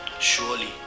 surely